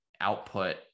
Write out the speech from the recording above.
output